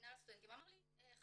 מינהל הסטודנטים אמר לי "חמודה,